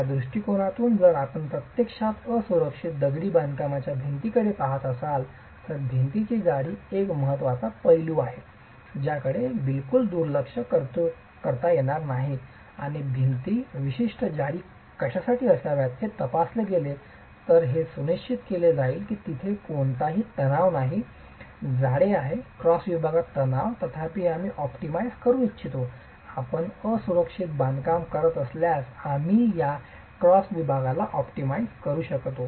त्या दृष्टीकोनातून जर आपण प्रत्यक्षात असुरक्षित दगडी बांधकामाच्या भिंतींकडे पहात असाल तर भिंतीची जाडी एक महत्वाचा पैलू आहे ज्याकडे दुर्लक्ष करता येणार नाही आणि भिंती विशिष्ट जाडी कशासाठी असाव्यात हे तपासले गेले तर हे सुनिश्चित केले जाईल की तेथे कोणतेही तणाव नाही जाळे आहे क्रॉस विभागात तणाव तथापि आम्ही ऑप्टिमाइझ करू इच्छितो आपण असुरक्षित बांधकाम करत असल्यास आम्ही या क्रॉस विभागाला ऑप्टिमाइझ करू इच्छितो